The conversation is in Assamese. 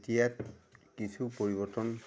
এতিয়া কিছু পৰিৱৰ্তন